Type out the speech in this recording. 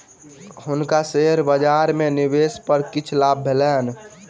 हुनका शेयर बजार में निवेश पर किछ लाभ भेलैन